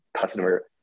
customer